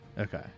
Okay